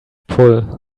pull